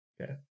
Okay